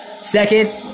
Second